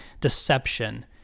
deception